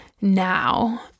now